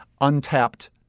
untapped